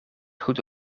goed